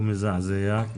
הוא מזעזע.